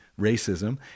racism